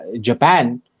Japan